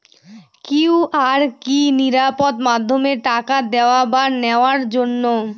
QR কি নিরাপদ মাধ্যম টাকা দেওয়া বা নেওয়ার জন্য?